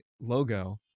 logo